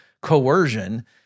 coercion